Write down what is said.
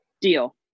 Deal